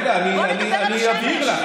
רגע, אני אבהיר לך.